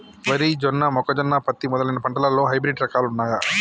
వరి జొన్న మొక్కజొన్న పత్తి మొదలైన పంటలలో హైబ్రిడ్ రకాలు ఉన్నయా?